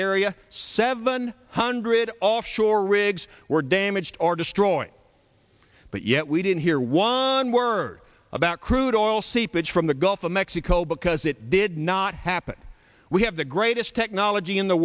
area seven hundred offshore rigs were damaged or destroyed but yet we didn't hear one word about crude oil seepage from the gulf of mexico because it did not happen we have the greatest technology in the